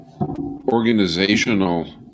organizational